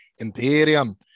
Imperium